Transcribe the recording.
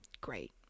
great